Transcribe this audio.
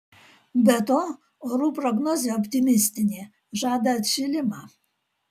be to orų prognozė optimistinė žada atšilimą